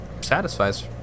satisfies